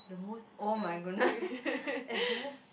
the most oh-my-goodness embarrass